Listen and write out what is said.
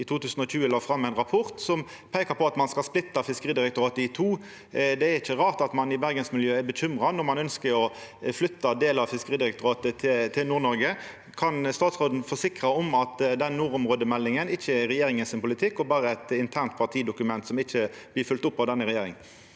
i 2020 la fram ein rapport som peikar på at ein skal splitta Fiskeridirektoratet i to. Det er ikkje rart at ein i bergensmiljøet er bekymra, når ein ønskjer å flytta delar av Fiskeridirektoratet til Nord-Noreg. Kan statsråden forsikra om at den nordområdemeldinga ikkje er politikken til regjeringa, men berre eit internt partidokument som ikkje blir følgt opp av denne regjeringa?